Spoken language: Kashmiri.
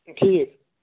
ٹھیٖک